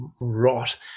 rot